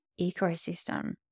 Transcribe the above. ecosystem